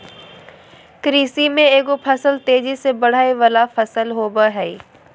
कृषि में एगो फसल तेजी से बढ़य वला फसल होबय हइ